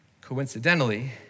Coincidentally